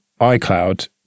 iCloud